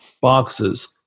boxes